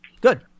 Good